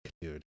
dude